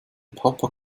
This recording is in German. papa